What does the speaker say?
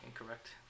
incorrect